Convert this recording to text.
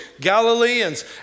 Galileans